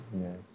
Yes